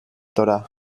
torà